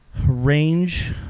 range